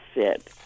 sit